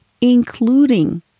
including